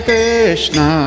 Krishna